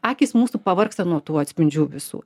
akys mūsų pavargsta nuo tų atspindžių visų